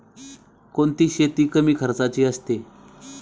कोणती शेती कमी खर्चाची असते?